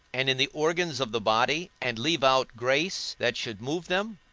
and in the organs of the body, and leave out grace, that should move them?